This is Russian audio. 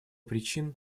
причин